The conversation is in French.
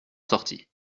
sortit